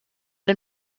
den